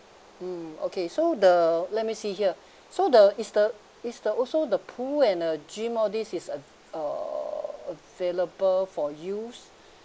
mm okay so the let me see here so the is the is the also the pool and the gym all this is uh err available for use